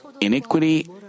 iniquity